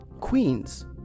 Queens